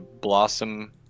Blossom